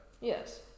Yes